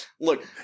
Look